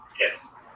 Yes